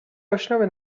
اشنا